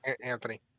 Anthony